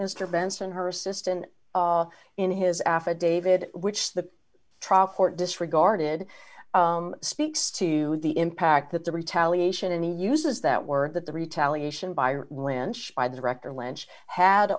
mr benson her assistant in his affidavit which the trial court disregarded speaks to the impact that the retaliation and he uses that word that the retaliation